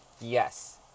Yes